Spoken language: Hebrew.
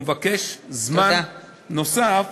והוא מבקש זמן נוסף